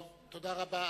תודה רבה.